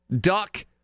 duck